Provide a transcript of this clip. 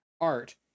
Art